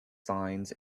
signs